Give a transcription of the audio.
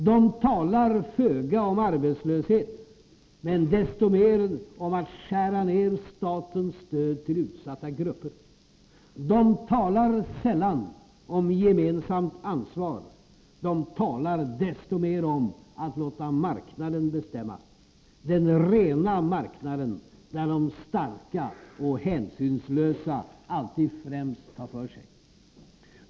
De talar föga om arbetslöshet, men desto mer om att skära ner statens stöd till utsatta grupper. De talar sällan om gemensamt ansvar. De talar desto mer om att låta marknaden bestämma, den rena marknaden där de starka och hänsynslösa alltid främst tar för sig.